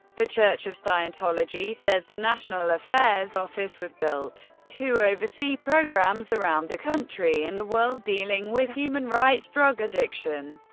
the church of scientology says the national affairs office was built to oversee programs around the country and the world dealing with human rights, drug addiction,